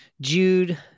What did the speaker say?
Jude